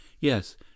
Yes